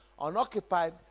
unoccupied